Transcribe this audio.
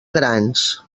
grans